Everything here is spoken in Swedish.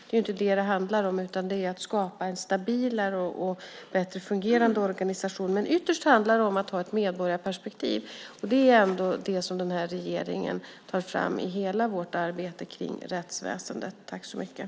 Det är inte det som det handlar om, utan det är att skapa en stabilare och bättre fungerande organisation. Men ytterst handlar det om att ha ett medborgarperspektiv. Det är ändå det som den här regeringen tar fram i hela vårt arbete kring rättsväsendet.